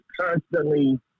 constantly